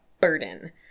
burden